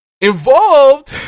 Involved